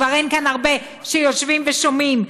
וכבר אין כאן הרבה שיושבים ושומעים,